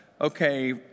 okay